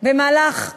במהלך נאומי,